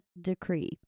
Decree